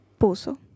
Puso